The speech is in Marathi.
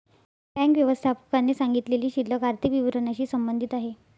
बँक व्यवस्थापकाने सांगितलेली शिल्लक आर्थिक विवरणाशी संबंधित आहे